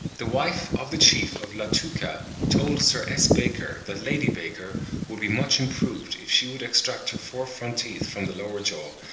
the wife of the chief of latooka told sir s. baker that lady baker would be much improved if she would extract her four front teeth from the lower jaw,